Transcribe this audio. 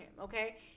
okay